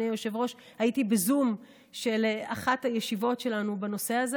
הייתי בזום של אחת הישיבות שלנו בנושא הזה.